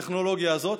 הטכנולוגיה הזאת,